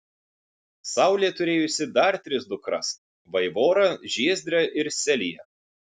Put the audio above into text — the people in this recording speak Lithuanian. saulė turėjusi dar tris dukras vaivorą žiezdrę ir seliją